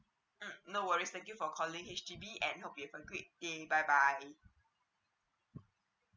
mm no worries thank you for calling H_D_B and hope you have a great day bye bye